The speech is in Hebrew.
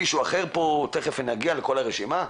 אתם לא מבינים אותי.